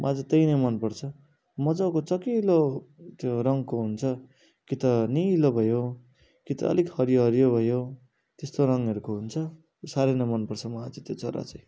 मलाई चाहिँ त्यही नै मन पर्छ मजाको चहकिलो त्यो रङ्गको हुन्छ कि त निलो भयो कि त अलिक हरियो हरियो भयो त्यस्तो रङ्गहरूको हुन्छ साह्रै नै मन पर्छ मलाई चाहिँ त्यो चरा चाहिँ